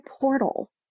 portal